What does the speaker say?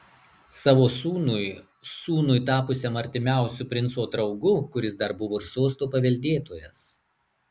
savo sūnui sūnui tapusiam artimiausiu princo draugu kuris dar buvo ir sosto paveldėtojas